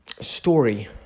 story